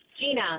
Gina